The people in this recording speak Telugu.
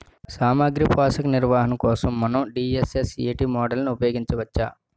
సామాగ్రి పోషక నిర్వహణ కోసం మనం డి.ఎస్.ఎస్.ఎ.టీ మోడల్ని ఉపయోగించవచ్చా?